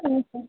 ଓହୋ